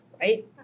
right